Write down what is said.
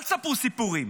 אל תספרו סיפורים.